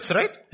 right